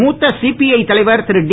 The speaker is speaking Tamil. மூத்த சிபிஐ தலைவர் திரு டி